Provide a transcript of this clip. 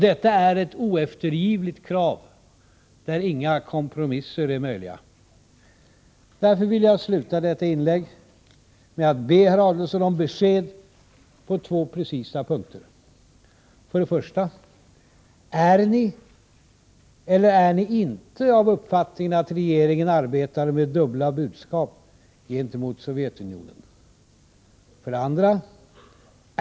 Detta är ett oeftergivligt krav, där inga kompromisser är möjliga. Och därför vill jag sluta detta inlägg med att be herr Adelsohn om besked på två precisa punkter: 1. Ärniellerär ni inte av uppfattningen att regeringen arbetar med dubbla budskap gentemot Sovjetunionen? 2.